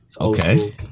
Okay